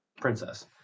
princess